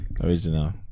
Original